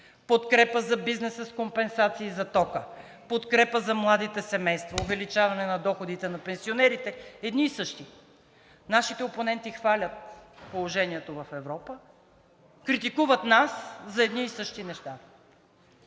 подкрепа за бизнеса с компенсации за тока, подкрепа за младите семейства, увеличаване на доходите на пенсионерите – едни и същи. Нашите опоненти хвалят положението в Европа, критикуват нас за едни и същи неща.